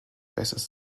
bestes